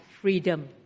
freedom